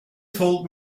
told